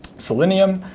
selenium.